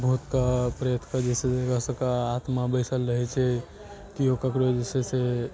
भूतके प्रेतके जे छै से ओकर सबके आत्मा बैसल रहै छै केओ ककरो जे छै से